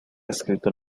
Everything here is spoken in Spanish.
escrito